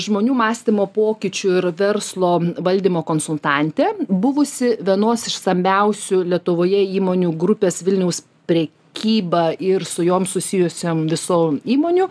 žmonių mąstymo pokyčių ir verslo valdymo konsultantė buvusi vienos iš stambiausių lietuvoje įmonių grupės vilniaus prekyba ir su jom susijusiom visų įmonių